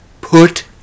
put